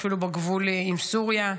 אפילו בגבול עם סוריה.